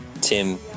Tim